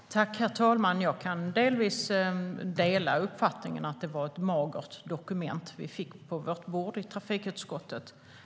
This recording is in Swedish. STYLEREF Kantrubrik \* MERGEFORMAT SjöfartsfrågorHerr talman! Jag kan delvis dela uppfattningen att det var ett magert dokument vi fick på vårt bord i trafikutskottet.